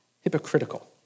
hypocritical